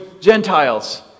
Gentiles